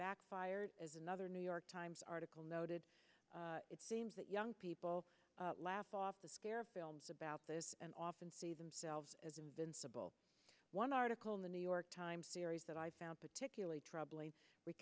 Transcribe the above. backfired as another new york times article noted it seems that young people laugh off the scare films about this and often see themselves as invincible one article in the new york times series that i found particularly troubling